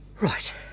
Right